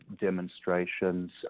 demonstrations